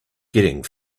getting